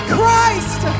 Christ